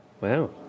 Wow